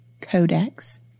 codex